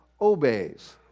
obeys